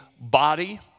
body